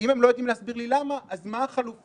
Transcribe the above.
ואם הם לא יודעים להסביר לי למה אז מה החלופה.